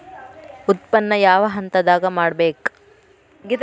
ಉತ್ಪನ್ನ ಯಾವ ಹಂತದಾಗ ಮಾಡ್ಬೇಕ್?